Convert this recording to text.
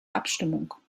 abstimmung